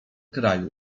kraju